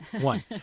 one